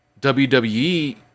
WWE